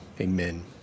amen